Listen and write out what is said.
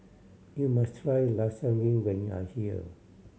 you must try Lasagne when you are here